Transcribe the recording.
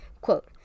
Quote